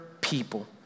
people